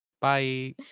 Bye